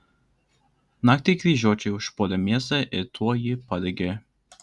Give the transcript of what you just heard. naktį kryžiuočiai užpuolė miestą ir tuoj jį padegė